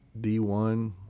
d1